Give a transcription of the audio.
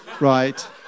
right